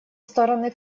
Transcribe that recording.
стороны